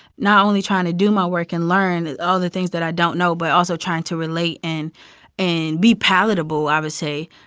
not only trying to do my work and learn all the things that i don't know but also trying to relate and be palatable, i would say.